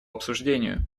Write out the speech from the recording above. обсуждению